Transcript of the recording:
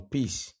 Peace